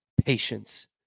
Patience